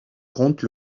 compte